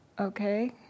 Okay